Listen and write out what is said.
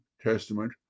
testament